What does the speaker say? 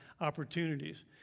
opportunities